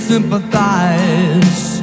sympathize